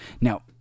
now